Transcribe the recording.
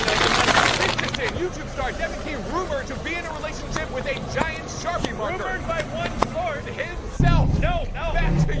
you know it's a metaphor. this just in! youtube star, devan key rumored to be in a relationship with a giant sharpie marker! rumored by one source! himself! no, no! back to you,